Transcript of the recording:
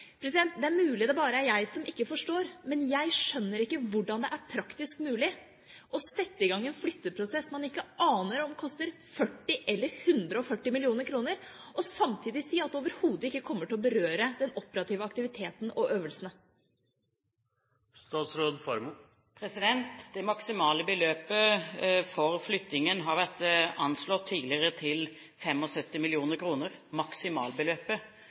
Det er mulig det bare er jeg som ikke forstår, men jeg skjønner ikke hvordan det er praktisk mulig å sette i gang en flytteprosess man ikke aner om koster 40 mill. kr eller 140 mill. kr og samtidig si at det overhodet ikke kommer til å berøre den operative aktiviteten og øvelsene. Det maksimale beløpet for flyttingen har vært anslått tidligere til 75 mill. kr – maksimalbeløpet.